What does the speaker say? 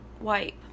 wipe